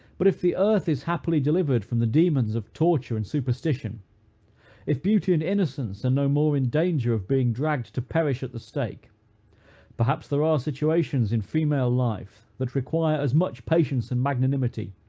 but if the earth is happily delivered from the demons of torture and superstition if beauty and innocence are no more in danger of being dragged to perish at the stake perhaps there are situations, in female life, that require as much patience and magnanimity,